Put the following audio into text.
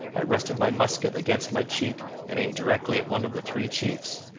i rested my musket against my cheek and aimed directly at one of the three chiefs.